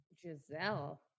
Giselle